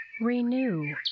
Renew